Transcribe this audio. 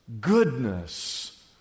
goodness